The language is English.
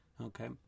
okay